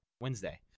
Wednesday